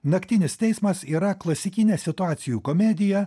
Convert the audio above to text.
naktinis teismas yra klasikinė situacijų komedija